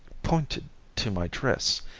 pointed to my dress,